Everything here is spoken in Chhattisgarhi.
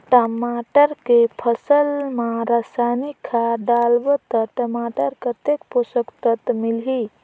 टमाटर के फसल मा रसायनिक खाद डालबो ता टमाटर कतेक पोषक तत्व मिलही?